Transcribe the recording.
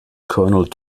colonel